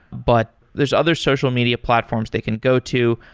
but there's other social media platforms they can go to.